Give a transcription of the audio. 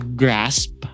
grasp